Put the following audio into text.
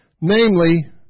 namely